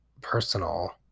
personal